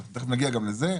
תיכף נגיע גם לזה.